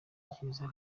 kiliziya